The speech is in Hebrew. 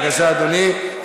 בבקשה, אדוני.